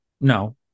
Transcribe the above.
no